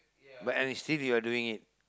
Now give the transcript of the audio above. but and still you're doing it